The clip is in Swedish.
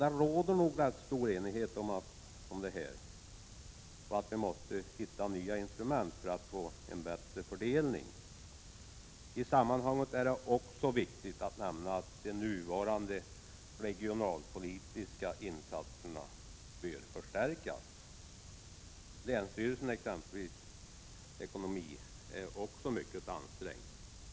Det råder nog rätt stor enighet om detta och om att vi måste hitta nya instrument för att få till stånd en bättre fördelning. I det sammanhanget är det också viktigt att nämna att de nuvarande regionalpolitiska insatserna bör förstärkas. Exempelvis länsstyrelsens ekonomi är mycket ansträngd.